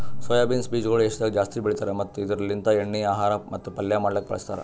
soya beans ಬೀಜಗೊಳ್ ಏಷ್ಯಾದಾಗ್ ಜಾಸ್ತಿ ಬೆಳಿತಾರ್ ಮತ್ತ ಇದುರ್ ಲಿಂತ್ ಎಣ್ಣಿ, ಆಹಾರ ಮತ್ತ ಪಲ್ಯ ಮಾಡ್ಲುಕ್ ಬಳಸ್ತಾರ್